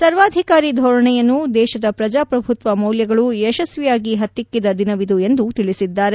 ಸರ್ವಾಧಿಕಾರಿ ಧೋರಣೆಯನ್ನು ದೇಶದ ಪ್ರಜಾಪ್ರಭುತ್ವ ಮೌಲ್ಯಗಳು ಯಶಸ್ವಿಯಾಗಿ ಹತ್ತಿಕ್ಕಿದ ದಿನವಿದು ಎಂದು ತಿಳಿಸಿದ್ದಾರೆ